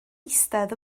eistedd